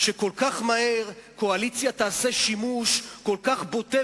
שכל כך מהר הקואליציה תעשה שימוש כל כך בוטה